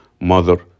mother